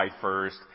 first